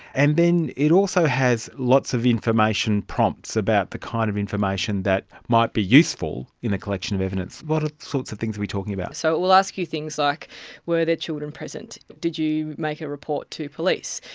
and then it also has lots of information prompts about the kind of information that might be useful in a collection of evidence. what ah sorts of things are we talking about? so it will ask you things like were there children present, did you make a report to police,